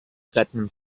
platinum